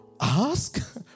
Ask